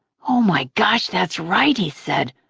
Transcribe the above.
oh my gosh, that's right, he said,